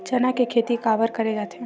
चना के खेती काबर करे जाथे?